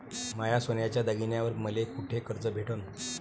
माया सोन्याच्या दागिन्यांइवर मले कुठे कर्ज भेटन?